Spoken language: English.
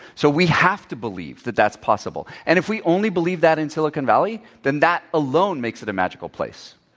so we have to believe that that's possible. and if we only believe that in silicon valley, then that alone makes it a magical place.